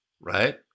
right